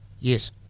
Yes